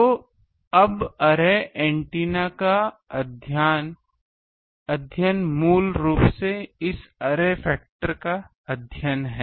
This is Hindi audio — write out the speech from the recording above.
तो अब अरे एंटीना का अध्ययन मूल रूप से इस अरे फैक्टर का अध्ययन है